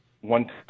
one